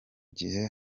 gihe